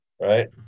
right